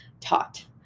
taught